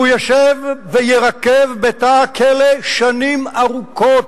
והוא ישב ויירקב בתא הכלא שנים ארוכות.